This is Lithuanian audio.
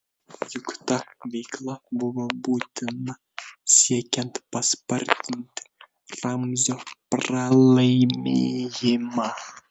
juk ta veikla buvo būtina siekiant paspartinti ramzio pralaimėjimą